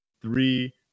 three